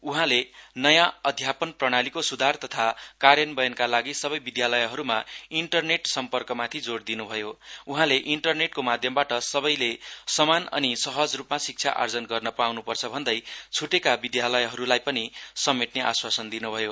उहाँले नयाँ अध्यापन प्रणालीको सुधार तथा कार्यान्वयनका लागि सबै विद्यालयहरुमा इन्टरनेट सम्पर्कमाथि जोर दिनमा उहाँले इन्टरनेटको माध्यबाट सबैले समान अनि सहजरुपमा शिक्षा आर्जन गर्न पाउन्पर्छ भन्दै छुटेका विद्यालयहरुलाई पनि समेटने आस्वासन दिनु भयो